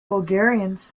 bulgarians